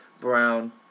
Brown